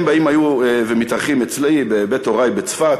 הם היו באים ומתארחים אצלי, בבית הורי בצפת,